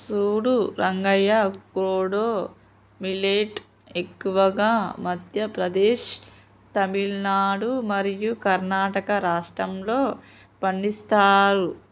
సూడు రంగయ్య కోడో మిల్లేట్ ఎక్కువగా మధ్య ప్రదేశ్, తమిలనాడు మరియు కర్ణాటక రాష్ట్రాల్లో పండిస్తారు